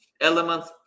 elements